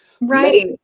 Right